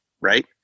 right